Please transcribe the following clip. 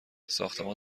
ساختمان